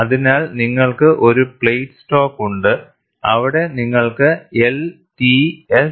അതിനാൽ നിങ്ങൾക്ക് ഒരു പ്ലേറ്റ് സ്റ്റോക്ക് ഉണ്ട് അവിടെ നിങ്ങൾക്ക് L T S